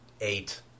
eight